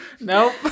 Nope